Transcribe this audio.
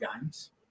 games